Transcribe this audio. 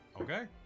Okay